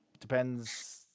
Depends